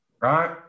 right